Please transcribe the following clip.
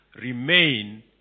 Remain